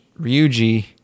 Ryuji